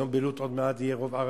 היום בלוד, עוד מעט אולי יהיה רוב ערבי.